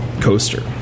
coaster